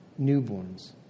newborns